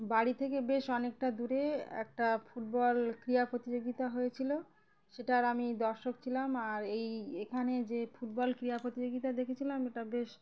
বাড়ি থেকে বেশ অনেকটা দূরে একটা ফুটবল ক্রিয়া প্রতিযোগিতা হয়েছিলো সেটার আমি দর্শক ছিলাম আর এই এখানে যে ফুটবল ক্রিয়া প্রতিযোগিতা দেখেছিলাম এটা বেশ